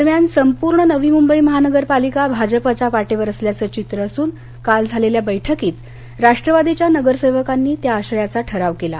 दरम्यान संपूर्ण नवी मुंबई महानगरपालिका भाजपच्या वाटेवर असल्याचं चित्र असून काल झालेल्या बैठकीत राष्ट्रवादीच्या नगरसेवकांनी त्या आशयाचा ठराव केला